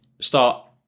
start